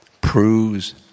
proves